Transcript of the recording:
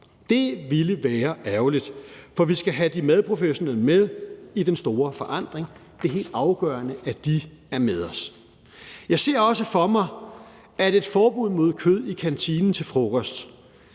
Det ville være ærgerligt, for vi skal have de madprofessionelle med i den store forandring. Det er helt afgørende, at de er med os. Jeg ser også for mig, at et forbud mod kød i kantinen til frokost